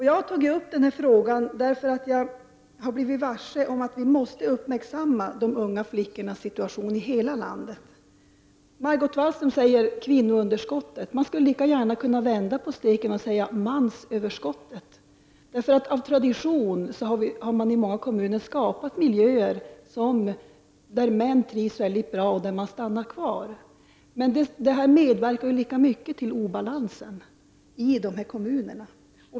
Jag tog upp denna fråga därför att jag har blivit varse att vi måste uppmärksamma de unga flickornas situation i hela landet. Margot Wallström talar om kvinnounderskottet. Man kunde lika gärna vända på steken och säga ”mansöverskottet”. Av tradition har man i många kommuner skapat miljöer där män trivs mycket bra och där de stannar kvar, vilket dock samtidigt medverkar till skapande av en obalans i dessa kommuner.